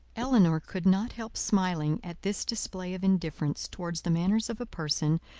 elinor could not help smiling at this display of indifference towards the manners of a person,